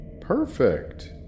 Perfect